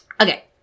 okay